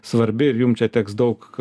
svarbi ir jum čia teks daug